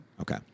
Okay